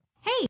Hey